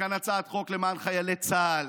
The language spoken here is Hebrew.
וכאן הצעת חוק למען חיילי צה"ל,